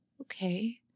okay